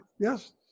Yes